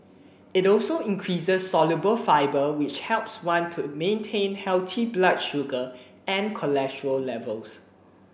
it also increases soluble fibre which helps one to maintain healthy blood sugar and cholesterol levels